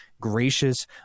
gracious